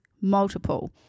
Multiple